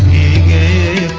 a a